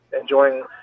enjoying